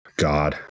God